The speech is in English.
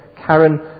Karen